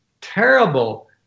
terrible